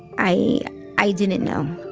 i i didn't know